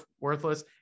worthless